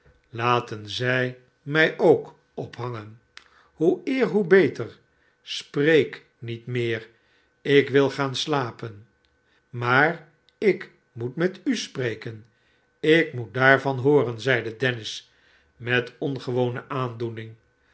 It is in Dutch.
laten zij mij ook ophangen hoe eer hoe beter spreek niet meer ikwilgaan slapen maar ik moet metuspreken ik moet daarvan hooren zeide dennis met ongewone aandoening